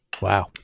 wow